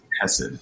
hesed